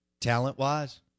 talent-wise